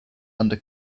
under